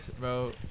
bro